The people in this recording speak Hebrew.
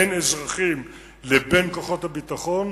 בין אזרחים לבין כוחות הביטחון,